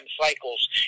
cycles